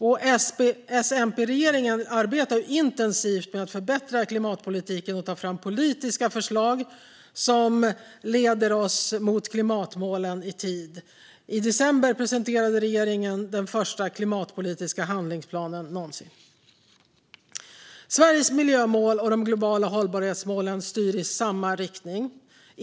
S-MP-regeringen arbetar intensivt med att förbättra klimatpolitiken och ta fram politiska förslag som leder oss mot klimatmålen i tid. I december presenterade regeringen den första klimatpolitiska handlingsplanen någonsin. Sveriges miljömål och de globala hållbarhetsmålen styr i samma riktning.